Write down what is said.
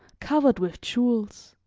covered with jewels